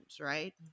right